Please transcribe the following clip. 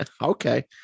Okay